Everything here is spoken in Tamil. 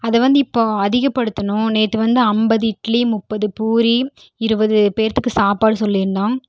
அதை வந்து இப்போது அதிகப்படுத்தணும் நேற்று வந்து ஐம்பது இட்லி முப்பது பூரி இருபது பேர்த்துக்கு சாப்பாடு சொல்லியிருந்தோம்